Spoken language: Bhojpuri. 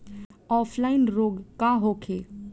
ऑफलाइन रोग का होखे?